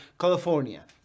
California